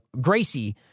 Gracie